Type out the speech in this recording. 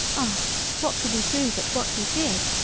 ah! what could we do but what we did!